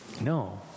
no